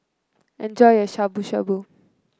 enjoy your Shabu Shabu